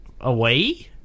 away